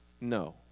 No